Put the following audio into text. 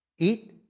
Eat